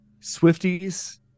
Swifties